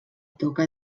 toca